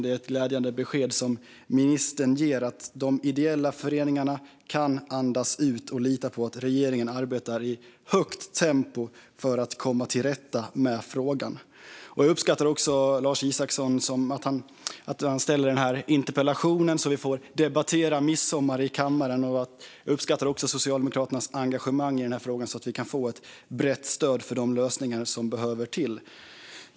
Det är ett glädjande besked som ministern ger - att de ideella föreningarna kan andas ut och lita på att regeringen arbetar i högt tempo för att komma till rätta med frågan. Jag uppskattar att Lars Isacsson ställer denna interpellation så att vi får debattera midsommar i kammaren. Jag uppskattar också Socialdemokraternas engagemang i frågan, så att vi kan få ett brett stöd för de lösningar som behöver till.